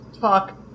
talk